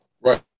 right